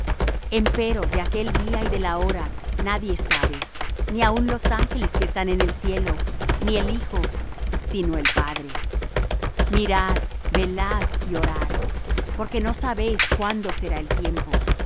pasarán empero de aquel día y de la hora nadie sabe ni aun los ángeles que están en el cielo ni el hijo sino el padre mirad velad y orad porque no sabéis cuándo será el tiempo